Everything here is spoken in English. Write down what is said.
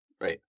Right